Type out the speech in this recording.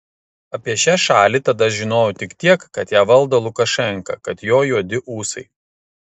apie šią šalį tada žinojau tik tiek kad ją valdo lukašenka kad jo juodi ūsai